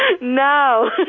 No